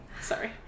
Sorry